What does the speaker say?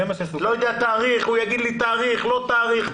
לא יודע תאריך, הוא יגיד לי תאריך, לא תאריך.